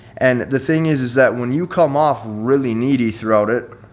and the thing is is that when you come off really needy throughout it,